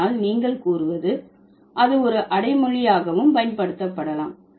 ஆனால் நீங்கள் கூறுவது அது ஒரு அடைமொழியாகவும் பயன்படுத்தப்படலாம்